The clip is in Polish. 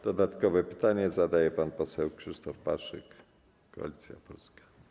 Dodatkowe pytanie zadaje pan poseł Krzysztof Paszyk, Koalicja Polska.